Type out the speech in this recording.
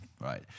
right